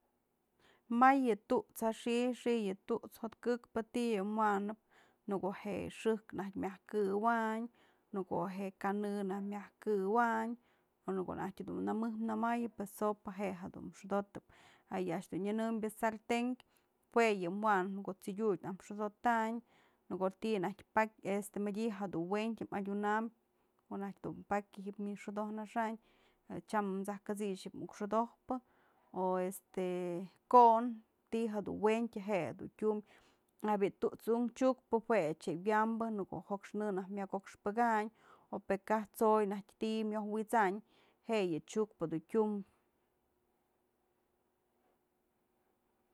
Mayë yë tu'uts ja xi'i, xi'i yë tu'uts jo'ot këkpë ti'i wa'anëp në ko'o je'e xëjk naj myaj këwanyë, në ko'o je'e kanë myaj këwanyë o në ko'o naj dun nëmëj nëmayë pues sopa je'e jedun xodotëp, a yë a'ax dun nyënëmbyë sarten jue yë wanëp në ko'o t'sëdyutë naj xodotanyë në ko'o ti'i naj pakyë este, mëdyë naj dun wentyë madyunam, ko'o najtyë dun pakya wi'in xodojnaxayn, tyam t'saj kat'six muk xodojpë o este ko'on, ti'i jedun wentyë je'e jedun tyumbë a bi'i tu'uts unkë chyukpë jue a'ax je'e wyambë në ko'o jokx në najk myaj jokx pëkanyë o pë kaj t'soy najtyë ti'i myoj wit'saynë, je'e yë chyukpë dun tyumbë.